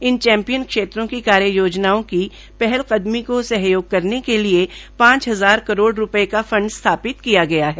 इन champion क्षेत्रों की कार्य योजनाओं की पहल कदमी को सहयोग करने के लिये पांच हजार करोड़ रूपये का फंड स्थापित किया गया है